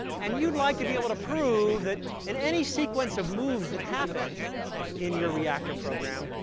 and you'd like to be able to prove that, in any sequence of moves that happen in your reactor program,